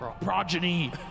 progeny